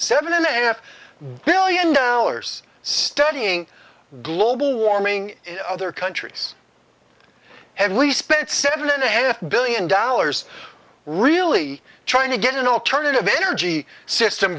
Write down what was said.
seven and a half billion dollars studying global warming other countries and we spent seven and a half billion dollars really trying to get an alternative energy system